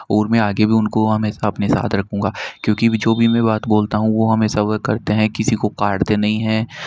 और मैं आगे भी उनको हमेशा अपने साथ रखूँगा क्योंकि जो भी में बात बोलता हूँ वह हमेशा वह करते हैं किसी को काटते नहीं हैं